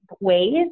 ways